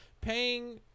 paying